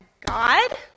God